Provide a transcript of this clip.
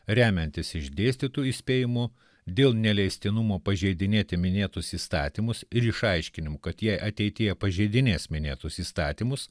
remiantis išdėstytu įspėjimu dėl neleistinumo pažeidinėti minėtus įstatymus ir išaiškinimu kad jie ateityje pažeidinės minėtus įstatymus